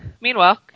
Meanwhile